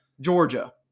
Georgia